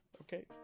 Okay